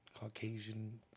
Caucasian